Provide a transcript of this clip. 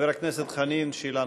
במערכות קודמות,